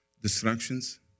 distractions